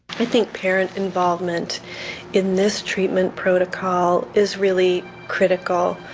i think parent involvement in this treatment protocol is really critical.